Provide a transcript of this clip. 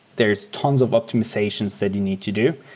there's tons of optimizations that you need to do,